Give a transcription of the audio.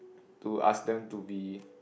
to ask them to be